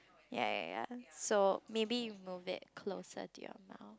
ya ya ya so maybe you move it closer to your mouth